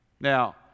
Now